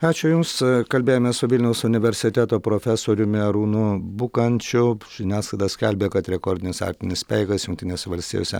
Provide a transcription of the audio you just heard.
ačiū jums kalbėjome su vilniaus universiteto profesoriumi arūnu bukančiu žiniasklaida skelbė kad rekordinis arktinis speigas jungtinėse valstijose